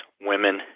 Women